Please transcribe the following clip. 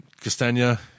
Castagna